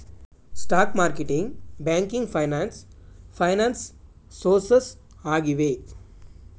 stock marketing, banking finance finance sources ಆಗಿವೆ